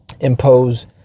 impose